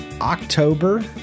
October